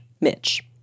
Mitch